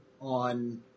on